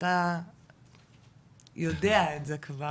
אתה יודע את זה כבר,